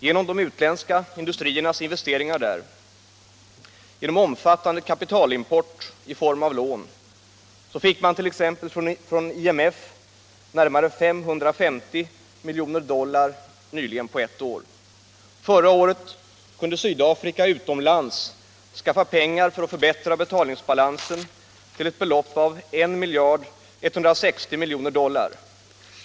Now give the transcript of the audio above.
Genom utländska industriers investeringar där och genom omfattande kapitalimport i form av lån fick man t.ex. nyligen från IMF närmare 550 miljoner dollar på ett år. Förra året kunde Sydafrika utomlands skaffa pengar för att förbättra betalningsbalansen till ett belopp av 1160 000 000 dollar.